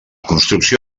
construcció